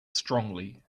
strongly